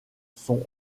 son